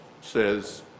says